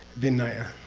vinaya,